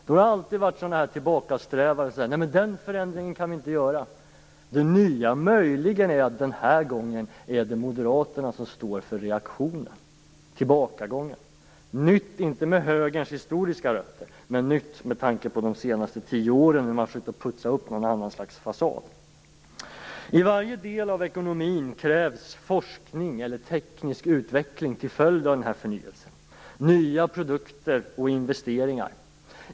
Det har alltid funnits bakåtsträvare som säger att man inte kan göra sådana förändringar. Den här gången är det nya möjligen att det är Moderaterna som står för reaktionen, tillbakagången. Det är inte nytt med tanke på högerns historiska rötter, men det är nytt med tanke på hur man de senaste tio åren har försökt putsa upp en annan fasad. I varje del av ekonomin krävs forskning eller teknisk utveckling till följd av den här förnyelsen. Det krävs nya produkter och investeringar.